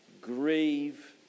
grieve